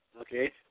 okay